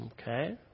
okay